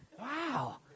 Wow